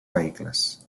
vehicles